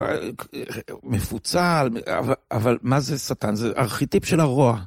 מפוצל, אבל מה זה שטן? זה ארכיטיפ של הרוע.